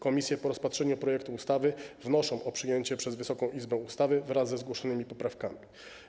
Komisje po rozpatrzeniu projektu ustawy wnoszą o przyjęcie przez Wysoką Izbę ustawy wraz ze zgłoszonymi poprawkami.